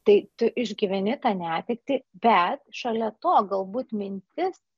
tai tu išgyveni tą netektį bet šalia to galbūt mintis